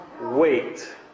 wait